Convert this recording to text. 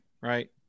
right